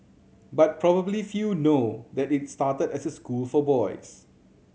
but probably few know that it started as a school for boys